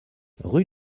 rue